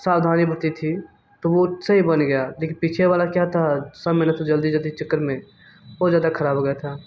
सावधानी बरती थी तो वो सही बन गया लेकिन पीछे वाला क्या था सब मैंने तो जल्दी जल्दी के चक्कर में बहुत ज़्यादा ख़राब हो गया था